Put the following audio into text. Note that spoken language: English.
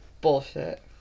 Bullshit